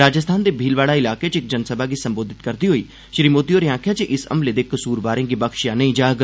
राजस्थान दे भीलवाड़ा इलाके च इक जनसभा गी संबोधित करदे होई मोदी होरें आखेआ जे इस हमले दे कसूरवारें गी बख्शेआ नेईं जाग